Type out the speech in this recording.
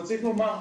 אבל צריך לומר,